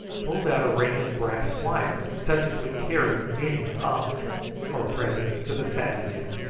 pulled out a ring of brass wire, such as we carried many of for presents to the savages,